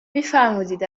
فرمودید